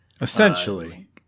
Essentially